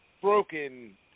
broken